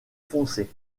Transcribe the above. foncé